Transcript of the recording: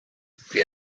bhí